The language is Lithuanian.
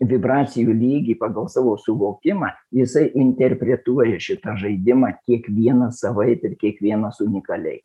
vibracijų lygį pagal savo suvokimą jisai interpretuoja šitą žaidimą kiekvienas savaip ir kiekvienas unikaliai